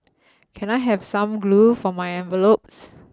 can I have some glue for my envelopes